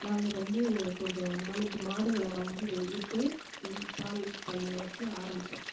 நாங்கள் வந்து கொஞ்சம் நாலஞ்சு மாடுகளை வாங்கி வி விட்டு பால் பண்ணை வச்சு ஆரம்பித்தோம்